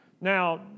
Now